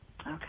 Okay